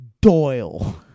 Doyle